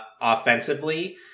offensively